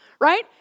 right